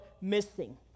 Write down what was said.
missing